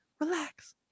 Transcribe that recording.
Relax